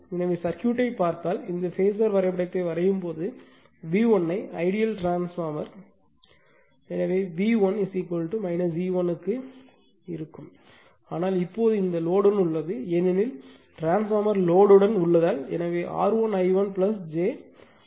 எனவே சர்க்யூட்டைப் பார்த்தால் இந்த பேஸர் வரைபடத்தை வரையும் போது V1 ஐ ஐடியல் டிரான்ஸ்பார்மர் V1 இ 1 க்கு முன்பு இருக்கும் ஆனால் இப்போது இந்த லோடுடன் உள்ளது ஏனெனில் டிரான்ஸ்பார்மர் லோடுடன் உள்ளதால் எனவேR1 I1 j I1 X1